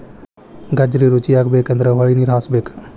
ಗಜ್ರಿ ರುಚಿಯಾಗಬೇಕಂದ್ರ ಹೊಳಿನೇರ ಹಾಸಬೇಕ